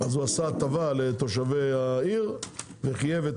אז עשה הטבה לתושבי העיר וחייב את